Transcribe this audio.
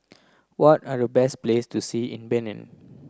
what are the best place to see in Benin